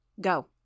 Go